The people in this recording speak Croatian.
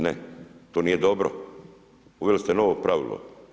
Ne, to nije dobro, uveli ste novo pravilo.